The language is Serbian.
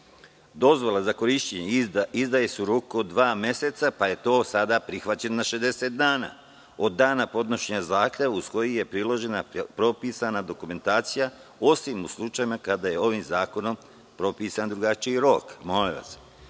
Dozvola za korišćenje izdaje se u roku od dva meseca, pa je to prihvaćeno na 60 dana od dana podnošenja zahteva uz koji je priložena propisana dokumentacija, osim u slučajevima kada je ovim zakonom propisan drugačiji rok. Sve do sada